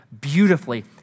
beautifully